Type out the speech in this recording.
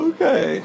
Okay